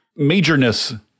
majorness